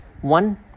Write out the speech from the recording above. One